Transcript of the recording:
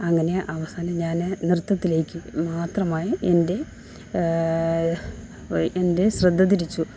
അങ്ങനെ അവസാനം ഞാന് നൃത്തത്തിലേക്ക് മാത്രമായി എൻ്റെ എൻ്റെ ശ്രദ്ധ തിരിച്ചു